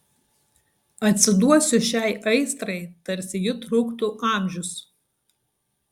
atsiduosiu šiai aistrai tarsi ji truktų amžius